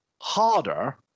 harder